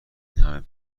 همه